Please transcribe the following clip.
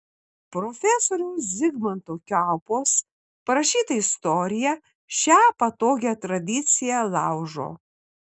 profesoriaus zigmanto kiaupos parašyta istorija šią patogią tradiciją laužo